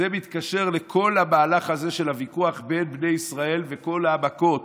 זה מתקשר לכל המהלך הזה של הוויכוח בין בני ישראל וכל המכות.